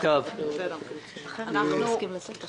אנחנו הולכים לדבר פה על